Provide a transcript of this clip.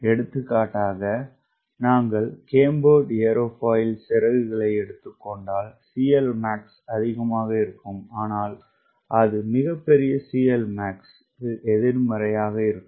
எடுத்துக்காட்டாக நாங்கள் cambered aerofoil சிறகுகளை எடுத்துக் கொண்டால் CLmax அதிகமாக இருக்கும் ஆனால் அது மிகப்பெரிய CLmax எதிர்மறையாக இருக்கும்